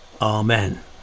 amen